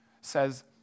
says